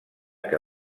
que